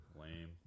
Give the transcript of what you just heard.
Lame